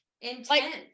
intense